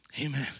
Amen